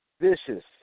Vicious